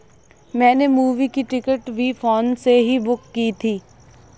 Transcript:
मैंने मूवी की टिकट भी फोन पे से ही बुक की थी